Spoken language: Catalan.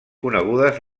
conegudes